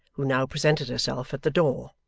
who now presented herself at the door.